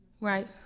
right